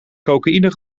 cocaïne